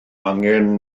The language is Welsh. angen